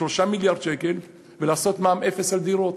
מיליארד שקל ולעשות מע"מ אפס על דירות.